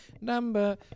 number